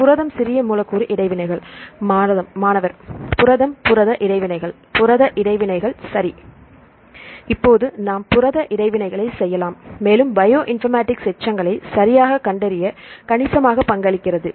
புரதம் சிறிய மூலக்கூறு இடைவினைகள் மாணவர்புரதம் புரத இடைவினைகள் புரத இடைவினைகள் சரி இப்போது நாம் புரத இடைவினைகளைச் செய்யலாம் மேலும் பயோ இன்ஃபர்மேடிக்ஸ் எச்சங்களை சரியாகக் கண்டறிய கணிசமாக பங்களிக்கிறது